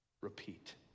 Repeat